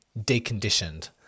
deconditioned